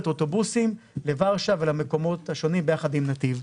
אוטובוסים לורשה ולמקומות השונים ביחד עם נתיב.